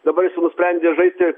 dabar jis nusprendė žaisti